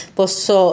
posso